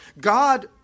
God